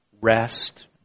rest